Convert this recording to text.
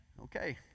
Okay